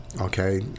Okay